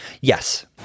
Yes